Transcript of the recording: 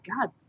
God